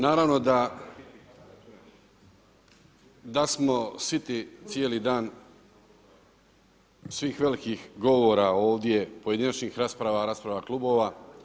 Naravno da smo siti cijeli dan svih velikih govora ovdje, pojedinačnih rasprava, rasprava klubova.